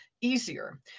easier